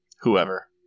whoever